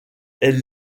elle